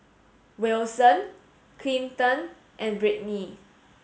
Wilson Clinton and Britney